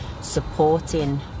supporting